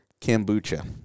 Kombucha